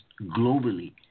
globally